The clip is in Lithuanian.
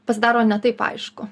pasidaro ne taip aišku